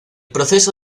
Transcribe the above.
proceso